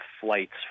flights